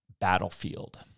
battlefield